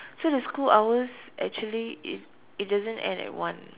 so the school hours actually it it doesn't end at one